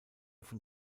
von